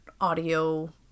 audio